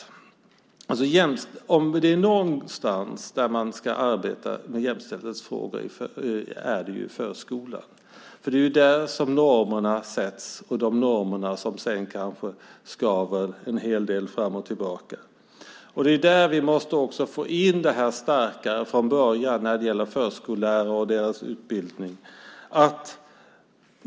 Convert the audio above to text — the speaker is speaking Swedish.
Är det någonstans man ska arbeta med jämställdhetsfrågor så är det i förskolan. Det är där som normerna sätts - normer som sedan kanske skaver en hel del fram och tillbaka. Där måste vi redan från början få in det här starkare. Det gäller då förskollärare och deras utbildning.